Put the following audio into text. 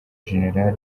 general